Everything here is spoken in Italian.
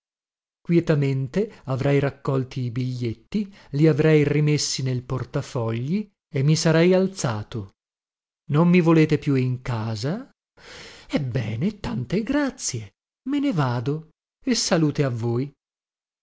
tasca quietamente avrei raccolti i biglietti li avrei rimessi nel portafogli e mi sarei alzato non mi volete più in casa ebbene tante grazie me ne vado e salute a voi